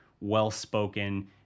well-spoken